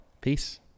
peace